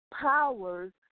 powers